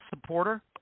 supporter